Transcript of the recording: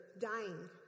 dying